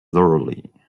thoroughly